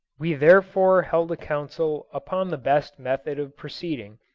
we therefore held a council upon the best method of proceeding,